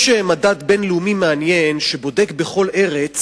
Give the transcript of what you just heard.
יש מדד בין-לאומי מעניין שבודק בכל ארץ